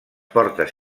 portes